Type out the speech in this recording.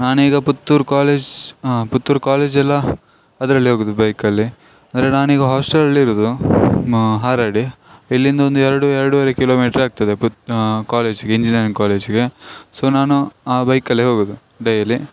ನಾನೀಗ ಪುತ್ತೂರು ಕಾಲೇಜ್ ಪುತ್ತೂರು ಕಾಲೇಜೆಲ್ಲ ಅದರಲ್ಲಿ ಹೋಗೋದು ಬೈಕಲ್ಲಿ ಅಂದರೆ ನಾನೀಗ ಹಾಸ್ಟೆಲಲ್ಲಿರೋದು ಹಾರಾಡಿ ಇಲ್ಲಿಂದ ಒಂದು ಎರಡು ಎರಡುವರೆ ಕಿಲೋಮೀಟ್ರಾಗ್ತದೆ ಪುತ್ ಕಾಲೇಜಿಗೆ ಇಂಜಿನಿಯರಿಂಗ್ ಕಾಲೇಜಿಗೆ ಸೊ ನಾನು ಆ ಬೈಕಲ್ಲೆ ಹೋಗೋದು ಡೈಲಿ